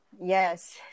Yes